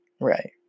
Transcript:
Right